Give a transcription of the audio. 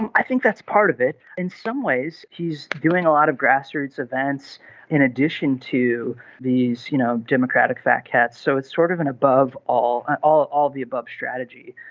and i think that's part of it. in some ways he's doing a lot of grassroots events in addition to these you know democratic fat cats. so it's sort of an above all all all the above strategy.